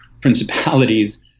principalities